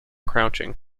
crouching